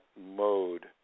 mode